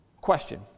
Question